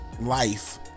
life